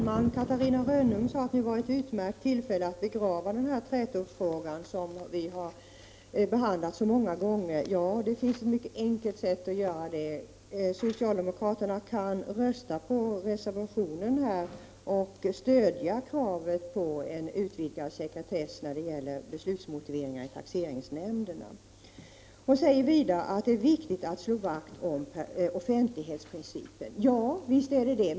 Herr talman! Catarina Rönnung sade att detta var ett utmärkt tillfälle att begrava den här trätofrågan, som vi har behandlat så många gånger. Det finns ett mycket enkelt sätt att göra det — socialdemokraterna kan rösta på reservationen och stödja kravet på en utvidgad sekretess när det gäller beslutsmotiveringar i taxeringsnämnderna. Catarina Rönnung sade vidare att det är viktigt att slå vakt om offentlighetsprincipen. Ja, visst är det det.